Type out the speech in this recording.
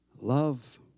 Love